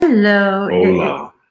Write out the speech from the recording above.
Hello